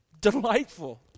delightful